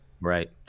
Right